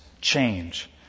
change